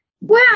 Wow